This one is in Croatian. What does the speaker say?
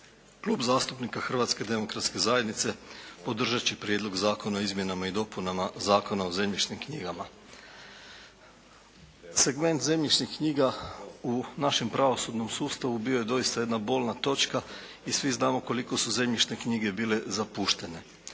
Klub zastupnika Hrvatske demokratske zajednice podržat će Prijedlog zakona o izmjenama i dopunama Zakona o zemljišnim knjigama. Segment zemljišnih knjiga u našem pravosudnom sustavu bio je doista jedna bolna točka i svi znamo koliko su zemljišne knjige bile zapuštene.